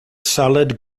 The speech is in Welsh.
salad